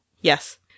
Yes